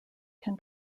can